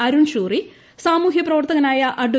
അരുൺ ഷൂറി സാമൂഹ്യ പ്രവർത്തകനായ അഡ്വ